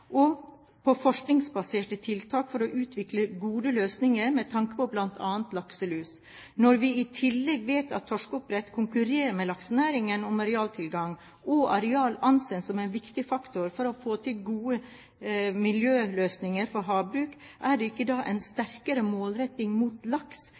og på forskningsbaserte tiltak for å utvikle gode løsninger med tanke på bl.a. lakselus. Når vi i tillegg vet at torskeoppdrett konkurrerer med laksenæringen om arealtilgangen, og areal anses som en viktig faktor for å få til gode miljøløsninger for havbruk, er ikke da en sterkere målretting mot laks